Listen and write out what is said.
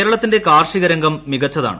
കേരളത്തിന്റെ കാർഷിക രംഗം മികച്ചതാണ്